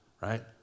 Right